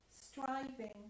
striving